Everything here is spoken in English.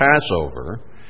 Passover